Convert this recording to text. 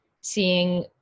seeing